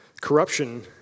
Corruption